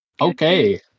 okay